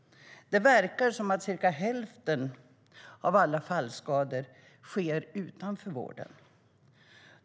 Det verkar som att cirka hälften av alla fallskador hamnar utanför vården.